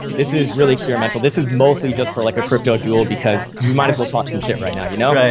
this is really experimental. this is mostly just for like a crypto duel because you might as well talk some shit right now, you know.